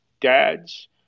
dads